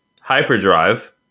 Hyperdrive